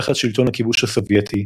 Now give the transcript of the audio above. תחת שלטון הכיבוש הסובייטי,